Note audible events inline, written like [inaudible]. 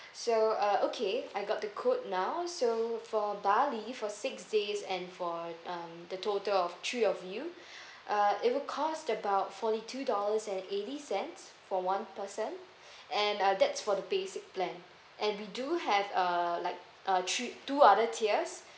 so uh okay I got the code now so would for bali for six days and for um the total of three of you [breath] uh it will cost about forty two dollars and eighty cents for one person and uh that's for the basic plan and we do have uh like uh three two other tiers